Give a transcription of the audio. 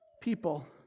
people